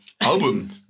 Album